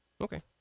okay